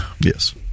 yes